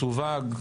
מסווג,